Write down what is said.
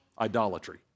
Idolatry